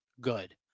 good